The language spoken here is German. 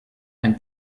ein